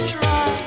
Try